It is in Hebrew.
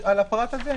הוספת תוספת רביעית,